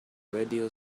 radio